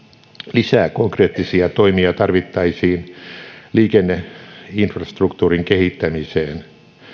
lisää konkreettisia toimia tarvittaisiin liikenneinfrastruktuurin kehittämiseen